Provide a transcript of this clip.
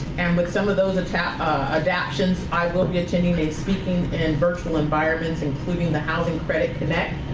and with some of those adaptions, i will be attending a speaking in virtual environments, including the housing credit connect,